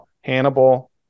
Hannibal